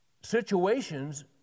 situations